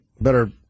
better